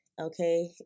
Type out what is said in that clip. okay